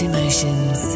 Emotions